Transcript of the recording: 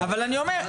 אבל אני אומר,